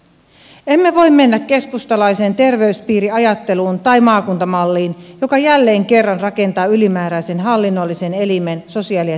emme voi mennä keskustalaiseen terveyspiiriajatteluun tai maakuntamalliin joka jälleen kerran rakentaa ylimääräisen hallinnollisen elimen sosiaali ja terveydenhuoltoon